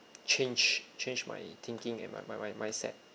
change change my thinking and my my my mindset